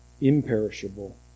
imperishable